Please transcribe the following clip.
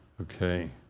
okay